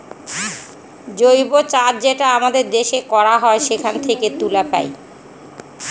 জৈব চাষ যেটা আমাদের দেশে করা হয় সেখান থেকে তুলা পায়